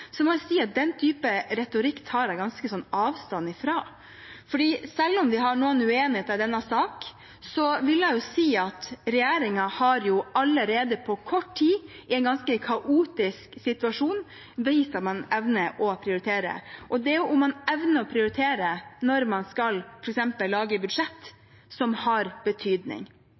må jeg si at den type retorikk tar jeg avstand fra, for selv om vi har noen uenigheter i saken, har regjeringen allerede på kort tid i en ganske kaotisk situasjon vist at man evner å prioritere. Og det er om man evner å prioritere, når man f.eks. skal lage budsjett, som har betydning.